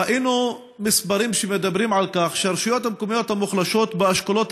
ראינו מספרים שמדברים על כך שהרשויות המקומיות המוחלשות באשכולות